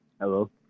Hello